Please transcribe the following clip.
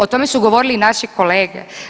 O tome su govorili i naši kolege.